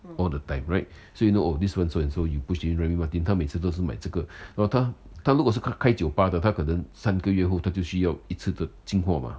all the time right so you know oh this one so and so you push to him Remy Martin 她每次都是买这个然后她如果是开酒吧的他可能三个月后就需要一次的进货吗